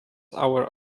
our